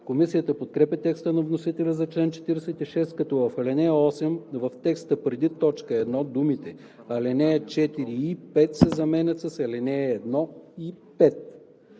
Комисията подкрепя текста на вносителя за чл. 46, като в ал. 8, в текста преди т. 1 думите „ал. 4 и 5“ се заменят с „ал. 1 и 5“.